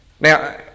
Now